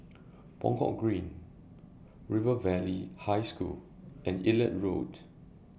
Buangkok Green River Valley High School and Elliot Road